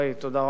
תודה רבה.